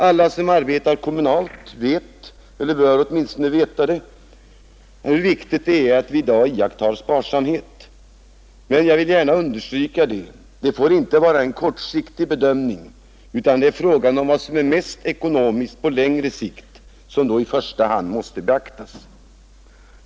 Alla som arbetar kommunalt vet — eller bör åtminstone veta — hur viktigt det är att i dag iaktta sparsamhet, men jag vill gärna understryka att det inte får vara en kortsiktig bedömning, utan det är frågan vad som är mest ekonomiskt på längre sikt som i första hand bör beaktas.